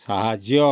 ସାହାଯ୍ୟ